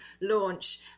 launch